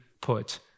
put